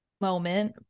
moment